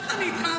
איך אני איתך?